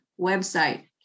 website